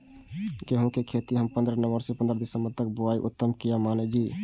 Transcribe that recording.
गेहूं के खेती हम पंद्रह नवम्बर से पंद्रह दिसम्बर तक बुआई उत्तम किया माने जी?